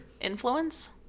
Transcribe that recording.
influence